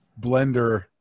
blender